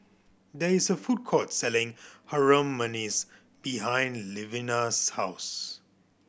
there is a food court selling Harum Manis behind Levina's house